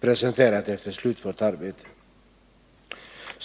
presenterat efter slutfört arbete.